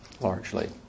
largely